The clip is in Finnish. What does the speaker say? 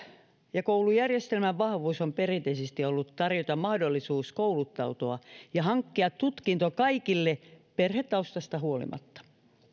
ja koulujärjestelmän vahvuus on perinteisesti ollut tarjota mahdollisuus kouluttautua ja hankkia tutkinto kaikille perhetaustasta huolimatta